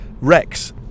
rex